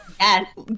Yes